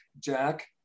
Jack